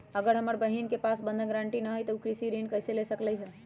अगर हमर बहिन के पास बंधक गरान्टी न हई त उ कृषि ऋण कईसे ले सकलई ह?